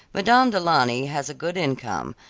madame du launy has a good income,